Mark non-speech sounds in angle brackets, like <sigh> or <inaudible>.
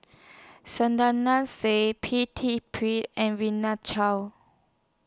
<unintelligible> Said P T Pritt and Rina Chao